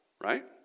right